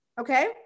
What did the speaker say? Okay